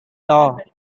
lava